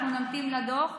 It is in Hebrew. אנחנו נמתין לדוח,